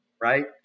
right